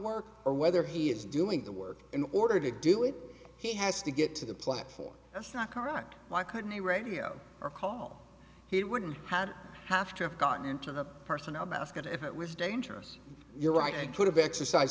work or whether he is doing the work in order to do it he has to get to the platform that's not correct why couldn't a radio or call he wouldn't had have to have gotten into the personnel basket if it was dangerous you're right and could have exercise